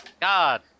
God